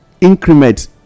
increment